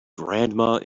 grandma